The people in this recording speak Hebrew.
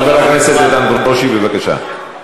חבר הכנסת איתן ברושי, בבקשה.